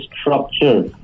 structure